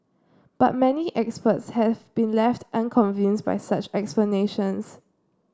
but many experts have been left unconvinced by such explanations